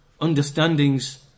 understandings